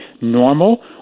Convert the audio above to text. normal